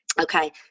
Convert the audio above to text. Okay